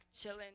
chilling